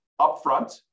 upfront